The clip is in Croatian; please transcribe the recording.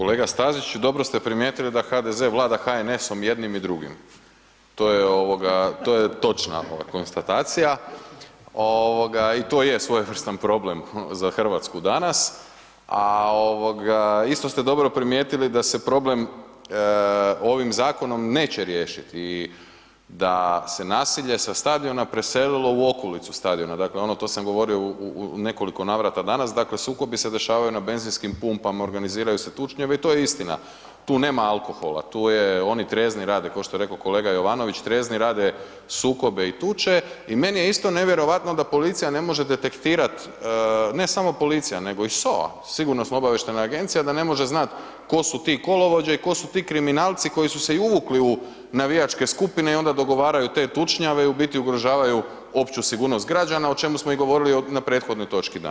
Kolega Stazić, dobro ste primijetili da HDZ vlada HNS-om jednim i drugim, to je ovoga, to je točna konstatacija ovoga i to je svojevrstan problem za RH danas, a ovoga isto ste dobro primijetili da se problem ovim zakonom neće riješiti i da se naselje sa stadiona preselilo u okolicu stadiona, dakle ono to sam govorio u, u, u nekoliko navrata danas, dakle sukobi se dešavaju na benzinskim pumpama, organiziraju se tučnjave i to je istina, tu nema alkohola, tu je, oni trijezni rade košto je reko kolega Jovanović, trijezni rade sukobe i tuče i meni je isto nevjerojatno da policija ne može detektirat ne samo policija, nego i SOA, Sigurnosno obavještajna agencija da ne može znat ko su ti kolovođe i ko su ti kriminalci koji su se i uvukli u navijačke skupine i onda dogovaraju te tučnjave i u biti ugrožavaju opću sigurnost građana o čemu smo govorili i na prethodnoj točki danas.